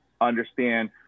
understand